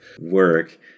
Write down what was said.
work